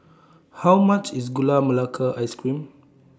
How much IS Gula Melaka Ice Cream